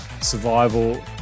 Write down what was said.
survival